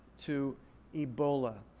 to ebola.